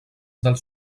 dels